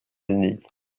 unis